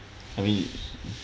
haven't